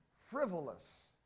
frivolous